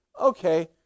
Okay